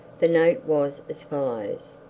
the note was as follows.